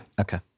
Okay